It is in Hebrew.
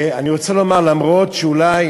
אני רוצה לומר, למרות שאולי